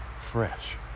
Fresh